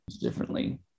differently